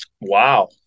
Wow